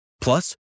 Plus